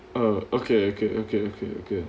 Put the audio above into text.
err okay okay okay okay okay